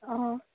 অঁ